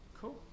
Cool